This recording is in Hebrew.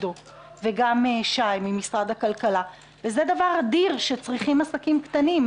זה דבר אדיר שצריכים עסקים קטנים.